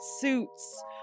Suits